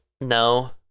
no